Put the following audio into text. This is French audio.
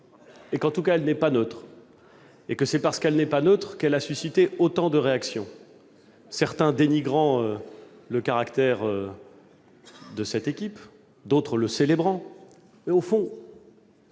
En tout cas, elle n'est pas neutre. C'est parce qu'elle n'est pas neutre qu'elle a suscité autant de réactions : certains dénigrant le caractère de cette équipe, d'autres, au contraire, le